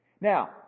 Now